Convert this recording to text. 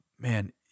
man